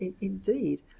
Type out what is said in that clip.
indeed